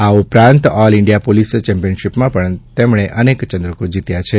આ ઉપરાંત all India police ચેમ્પીયનશીપમાં પણ તેમણે અનેક ચંદ્રકો જીત્યા છે